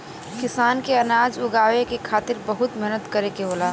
किसान के अनाज उगावे के खातिर बहुत मेहनत करे के होला